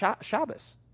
Shabbos